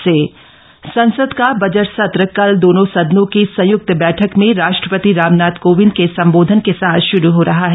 संसद सत्र संसद का बजट संत्र कल दोनों सदनों की संयुक्त बैठक को राष्ट्रपति रामनाथ कोविंद के संबोधन के साथ शुरू हो रहा है